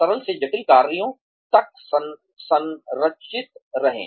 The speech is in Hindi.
सरल से जटिल कार्यों तक संरचित रहें